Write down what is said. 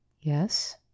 Yes